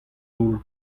daol